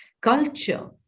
Culture